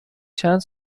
چند